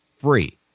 free